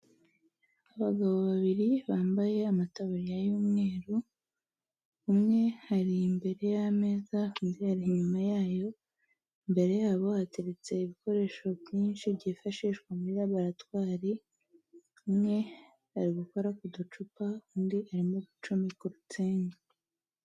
Abagabo babiri bambaye amataburiya y'umweru, umwe ari imbere y'ameza undi ari inyuma yayo, imbere yabo hateretse ibikoresho byinshi byifashishwa muri raboratwari, umwe ari gukora ku ducupa undi arimo gucomeka urutsinga.